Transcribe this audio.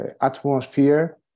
atmosphere